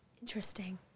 interesting